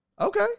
Okay